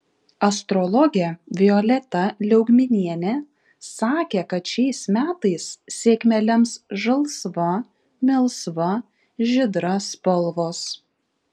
astrologė violeta liaugminienė sakė kad šiais metais sėkmę lems žalsva melsva žydra spalvos